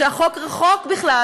שהחוק רחוק בכלל